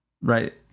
right